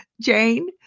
Jane